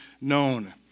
known